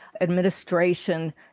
administration